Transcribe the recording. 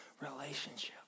relationship